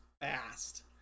fast